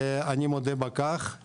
ואני מודה על כך.